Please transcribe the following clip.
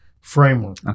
framework